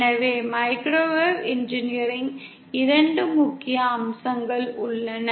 எனவே microwave engineering 2 முக்கிய அம்சங்கள் உள்ளன